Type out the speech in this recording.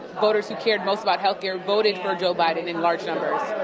voters who cared most about health care voted for joe biden in large numbers.